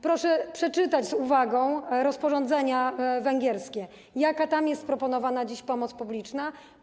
Proszę przeczytać z uwagą rozporządzenia węgierskie, jaka tam jest proponowana dziś pomoc publiczna.